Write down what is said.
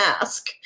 ask